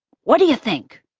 what do you think?